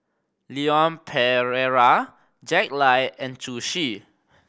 Leon Perera Jack Lai and Zhu Xu